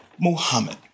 Muhammad